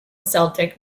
celtic